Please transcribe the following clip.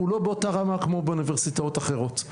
הוא לא באותה רמה כמו באוניברסיטאות אחרות.